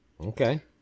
Okay